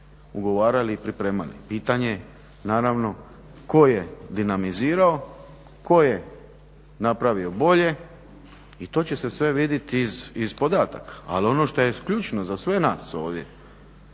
ugovarali i pripremali. Pitanje je naravno tko je dinamizirao, tko je napravio bolje i to će se sve vidjeti iz podataka. Ali ono što je ključno za sve nas ovdje,